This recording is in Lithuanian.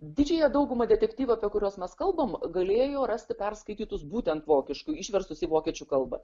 didžiąją daugumą detektyvų apie kuriuos mes kalbam galėjo rasti perskaitytus būtent vokiškai išverstus į vokiečių kalbą